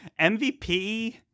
MVP